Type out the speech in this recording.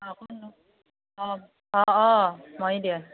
অ অ অ অ অ